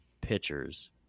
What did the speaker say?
pitchers